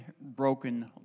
Broken